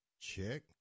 Check